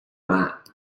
mat